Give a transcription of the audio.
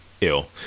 ill